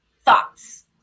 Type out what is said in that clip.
thoughts